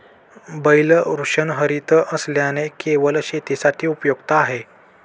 बैल वृषणरहित असल्याने केवळ शेतीसाठी उपयुक्त आहे